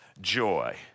joy